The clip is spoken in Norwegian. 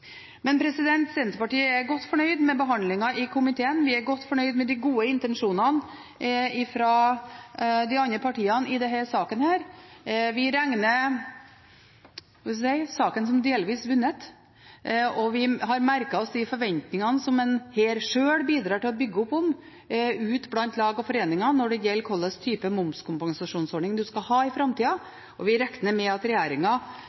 Men Senterpartiet er godt fornøyd med behandlingen i komiteen, vi er godt fornøyd med de gode intensjonene fra de andre partiene i denne saken. Vi regner – hva skal jeg si – saken som delvis vunnet, og vi har merket oss de forventningene som en her sjøl bidrar til å bygge opp om, ute blant lag og foreninger når det gjelder hvilken type momskompensasjonsordning en skal ha i framtida, og vi regner med at